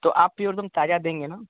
तो आपके तो देंगे न